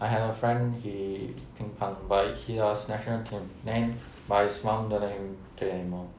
I have a friend he 乒乓 but he was national team then but his mum don't let him take anymore